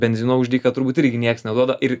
benzino už dyką turbūt irgi nieks neduoda ir